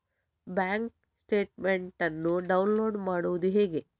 Bank statement ಅನ್ನು download ಮಾಡುವುದು ಹೇಗೆ?